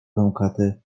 pękaty